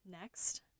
next